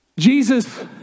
Jesus